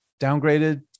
downgraded